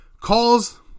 calls